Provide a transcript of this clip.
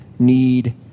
Need